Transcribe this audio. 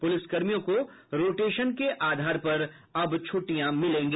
police कर्मियों को rotation के आधार पर छुट्टियां मिलेंगी